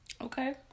Okay